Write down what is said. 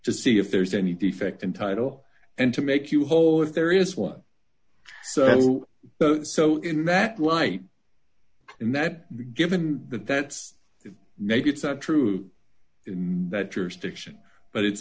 to see if there's any defect in title and to make you whole if there is one so in that light in that given that that's it maybe it's not true in that jurisdiction but it's